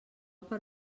per